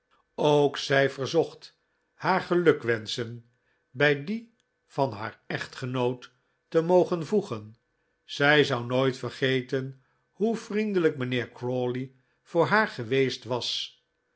ook zij verzocht haar gelukwenschen bij die van haar echtgenoot te mogen voegen zij zou nooit vergeten hoe vriendelijk mijnheer crawley voor haar geweest was